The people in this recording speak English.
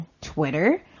Twitter